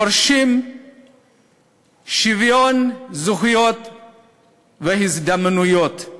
דורשים שוויון זכויות והזדמנויות,